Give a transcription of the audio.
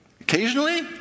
occasionally